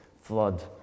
flood